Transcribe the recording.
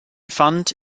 fund